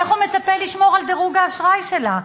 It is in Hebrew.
איך הוא מצפה לשמור על דירוג האשראי שלה?